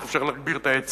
איך אפשר להגביר את ההיצע.